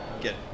get